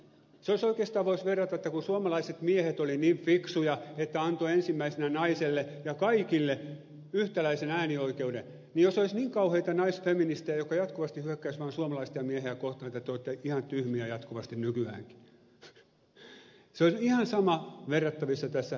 oikeastaan voisi verrata että kun suomalaiset miehet olivat niin fiksuja että antoivat ensimmäisinä naisille ja kaikille yhtäläisen äänioikeuden niin jos olisi niin kauheita naisfeministejä jotka jatkuvasti hyökkäisivät vaan suomalaisia miehiä kohtaan että te olette ihan tyhmiä jatkuvasti nykyäänkin se olisi ihan samalla lailla verrattavissa tässä kielikysymyksessä